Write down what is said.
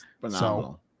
Phenomenal